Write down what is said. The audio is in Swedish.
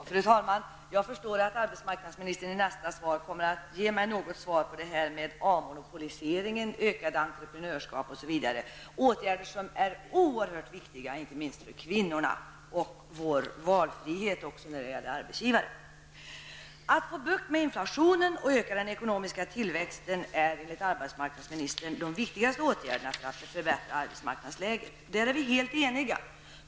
Fru talman! Jag förstår att arbetsmarknadsministern i nästa svar kommer att ge mig svar på frågorna om avmonopolisering, ökat entreprenörskap, osv., dvs. åtgärder som är oerhört viktiga, inte minst för kvinnorna och kvinnornas valfrihet när det gäller arbetsgivare. Att få bukt med inflationen och att öka den ekonomiska tillväxten är enligt arbetsmarknadsministern de viktigaste åtgärderna för att förbättra arbetsmarknadsläget. I detta sammanhang är vi helt eniga.